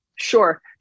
Sure